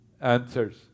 answers